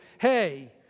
hey